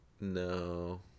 no